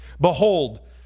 Behold